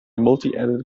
multiedit